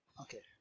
Okay